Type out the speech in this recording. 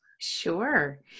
Sure